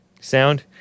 sound